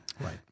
Right